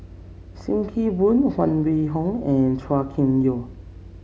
Sim Kee Boon Huang Wenhong and Chua Kim Yeow